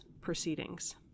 proceedings